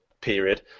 period